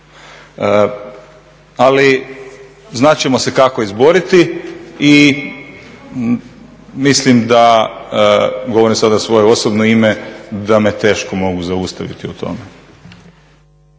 Ali znat ćemo se kako izboriti i mislim da, govorim sada u svoje osobno ime, da me teško mogu zaustaviti u tome.